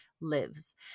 lives